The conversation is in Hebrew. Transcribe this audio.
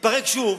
להתפרק שוב,